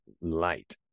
light